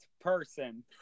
person